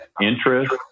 interest